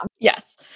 Yes